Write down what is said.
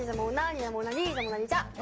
ah mona yeah lisa,